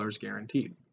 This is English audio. guaranteed